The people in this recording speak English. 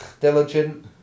diligent